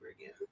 again